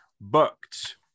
booked